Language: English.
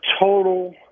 total